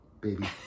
baby